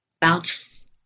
bounce